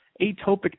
atopic